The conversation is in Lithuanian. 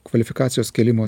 kvalifikacijos kėlimo